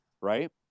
right